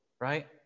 right